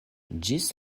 ĝis